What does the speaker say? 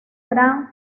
gran